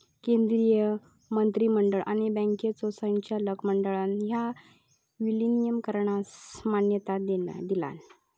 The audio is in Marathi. केंद्रीय मंत्रिमंडळ आणि बँकांच्यो संचालक मंडळान ह्या विलीनीकरणास मान्यता दिलान